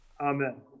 Amen